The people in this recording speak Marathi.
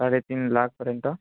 साडे तीन लाखपर्यंत